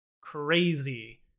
crazy